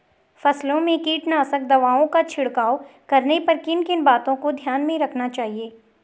फसलों में कीटनाशक दवाओं का छिड़काव करने पर किन किन बातों को ध्यान में रखना चाहिए?